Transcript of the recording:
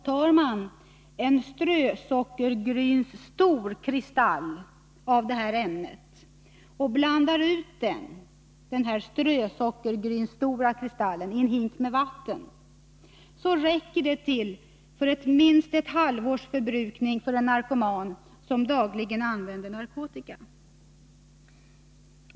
Tar man en strösockergrynsstor kristall av detta ämne och blandar ut den i en hink med vatten, räcker detta för minst ett halvårs förbrukning för en narkoman som dagligen använder narkotika.